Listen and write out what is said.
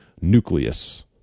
nucleus